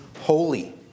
holy